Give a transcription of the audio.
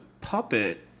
puppet